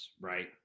right